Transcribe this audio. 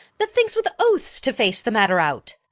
that thinks with oaths to face the matter out.